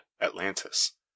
atlantis